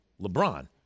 LeBron